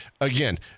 again